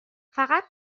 فقط